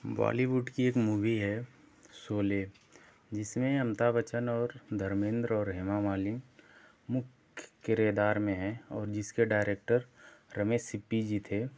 बोलीवूड की एक मूभी है शोले जिसमें अमिताभ बच्चन और धर्मेन्द्र और हेमा मालिनी मुख्य किरदार में हें और जिसके डायरेक्टर रमेश सिप्पी जी थे